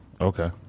Okay